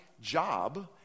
job